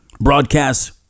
broadcast